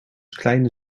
klein